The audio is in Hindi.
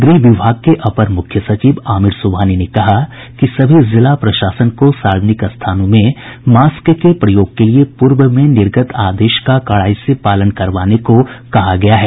गृह विभाग के अपर मुख्य सचिव आमिर सुबहानी ने कहा कि सभी जिला प्रशासन को सार्वजनिक स्थानों में मास्क के प्रयोग के लिए पूर्व में निर्गत आदेश का कड़ाई से पालन करवाने को कहा गया है